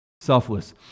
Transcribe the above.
Selfless